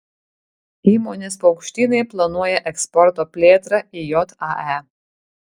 įmonės paukštynai planuoja eksporto plėtrą į jae